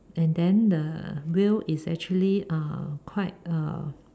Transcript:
and then the wheel is actually uh quite uh